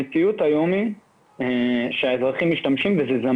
המציאות היום שזה זמין והאזרחים משתמשים.